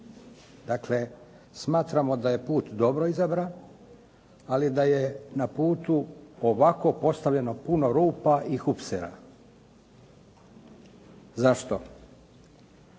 Dakle, smatramo da je put dobro izabran, ali da je na putu ovako postavljeno puno rupa i hupsera. Zašto?